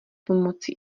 pomocí